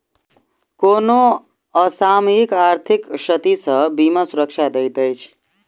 कोनो असामयिक आर्थिक क्षति सॅ बीमा सुरक्षा दैत अछि